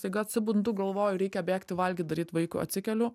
staiga atsibundu galvoju reikia bėgti valgyt daryt vaiko atsikeliu